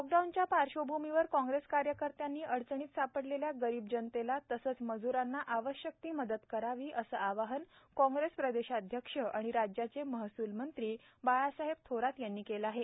lockdown पार्श्वभ्मीवर काँग्रेस कार्यकर्त्यांनी अडचणीत सापडलेल्या गरिब जनतेला तसंच मज्रांना आवश्यक ती मदत करावी असं आवाहन काँग्रेस प्रदेशाध्यक्ष आणि राज्याचे महसूल मंत्री बाळासाहेब थोरात यांनी केलं आहे